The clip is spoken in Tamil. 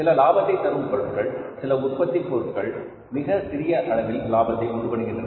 சில லாபத்தைத் தரும் பொருட்கள் சில உற்பத்தி பொருட்கள் மிக சிறிய அளவில் லாபத்தை உண்டுபண்ணுகின்றன